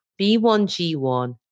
B1G1